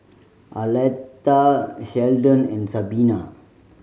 Arletta Sheldon and Sabina